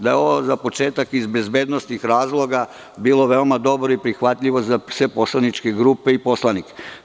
Za početak je ovo iz bezbednosnih razloga bilo veoma dobro i prihvatljivo za sve poslaničke grupe i poslanike.